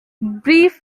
brief